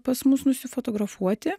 pas mus nusifotografuoti